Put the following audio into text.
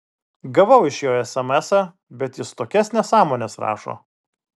gavau iš jo esemesą bet jis tokias nesąmones rašo